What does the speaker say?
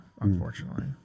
unfortunately